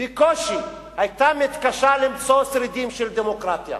בקושי, היתה מתקשה למצוא שרידים של דמוקרטיה.